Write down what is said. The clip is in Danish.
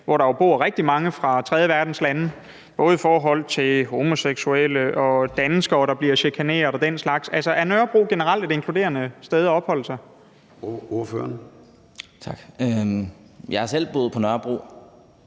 hvor der jo bor rigtig mange fra tredjeverdenslande – både i forhold til homoseksuelle og danskere, der bliver chikaneret, og den slags? Altså, er Nørrebro generelt et inkluderende sted at opholde sig? Kl. 11:20 Formanden (Søren